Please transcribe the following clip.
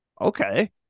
okay